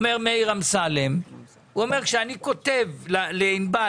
כשאני כותב לענבל,